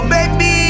Baby